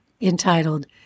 entitled